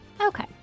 Okay